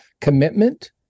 commitment